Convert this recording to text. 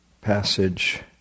passage